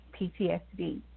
PTSD